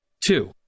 Two